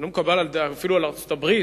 אינו מקובל גם על ארצות-הברית,